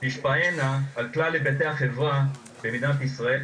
תשפענה על כלל היבטי החברה במדינת ישראל,